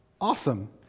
Awesome